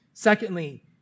Secondly